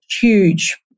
huge